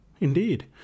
Indeed